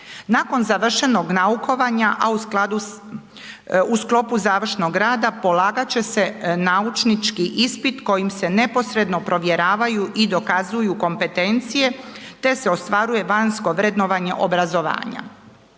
Nakon završenog naukovanja, a u sklopu završnog rada polagat će se naučnički ispit kojim se neposredno provjeravaju i dokazuju kompetencije te se ostvaruje vanjsko vrednovanje obrazovanja.